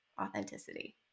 authenticity